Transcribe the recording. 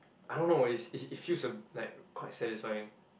I don't know it's it feels uh like quite satisfying